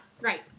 Right